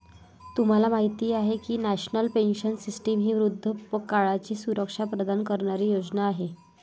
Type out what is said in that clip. तुम्हाला माहिती आहे का की नॅशनल पेन्शन सिस्टीम ही वृद्धापकाळाची सुरक्षा प्रदान करणारी योजना आहे